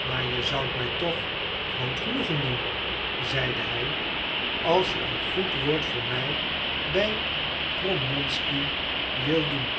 maar je zoudt mij toch groot genoegen doen zeide hij als je een goed woord voor mij bij promonsky wildet doen